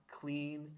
clean